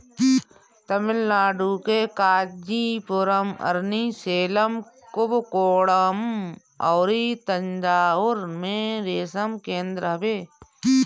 तमिलनाडु के कांचीपुरम, अरनी, सेलम, कुबकोणम अउरी तंजाउर में रेशम केंद्र हवे